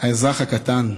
האזרח הקטן,